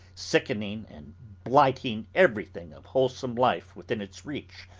sickening and blighting everything of wholesome life within its reach,